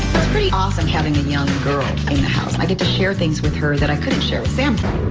it's pretty awesome having a young girl in the house. i get to share things with her that i couldn't share with sampson.